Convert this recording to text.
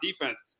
defense